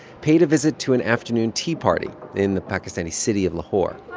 paid a visit to an afternoon tea party in the pakistani city of lahore